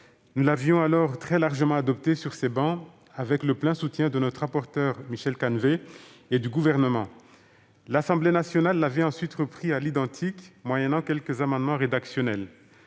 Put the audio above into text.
Sénat l'avait alors très largement adopté, avec le plein soutien du rapporteur Michel Canevet et du Gouvernement. L'Assemblée nationale l'avait ensuite repris à l'identique, moyennant quelques aménagements rédactionnels.